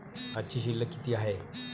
आजची शिल्लक किती हाय?